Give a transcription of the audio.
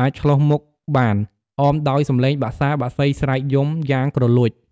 អាចឆ្លុះមុខបាន អមដោយសំឡេងបក្សាបក្សីស្រែកយំយ៉ាងគ្រលួច ។